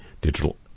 Digital